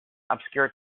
obscure